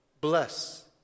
Bless